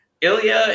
Ilya